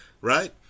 right